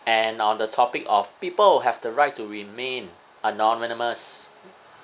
and on the topic of people have the right to remain anonymous